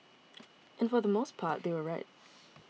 and for the most part they were right